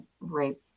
rape